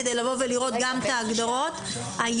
13:00. תודה.